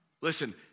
listen